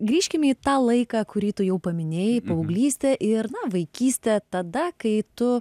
grįžkim į tą laiką kurį tu jau paminėjai paauglystę ir na vaikystę tada kai tu